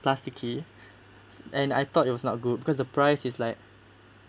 plasticky and I thought it was not good because the price is like